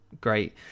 Great